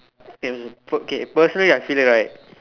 and okay personally I feel that right